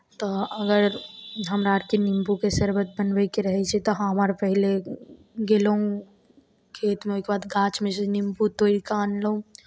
तऽ अगर हमरा आरके निम्बूके शरबत बनबैके रहै छै तऽ हम अर पहिले गयलहुँ खेतमे ओहिके बाद गाछमे सँ निम्बू तोड़ि कऽ आनलहुँ